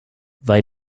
they